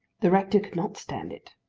the rector could not stand it.